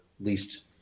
least